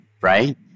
right